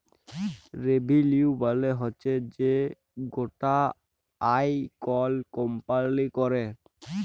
revenue মালে হচ্যে যে গটা আয় কল কম্পালি ক্যরে